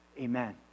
Amen